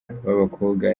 b’abakobwa